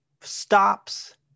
stops